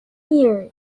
year